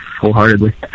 wholeheartedly